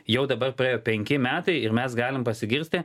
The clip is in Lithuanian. jau dabar praėjo penki metai ir mes galime pasigirti